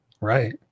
right